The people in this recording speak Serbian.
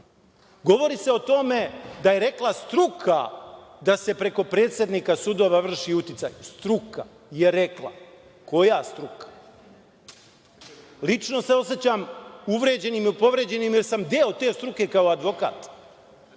opasno. Govori se o tome da je rekla struka da se preko predsednika sudova vrši uticaj. Struka je rekla. Koja struka? Lično se osećam uvređenim i povređenim, jer sam deo te struke kao advokat.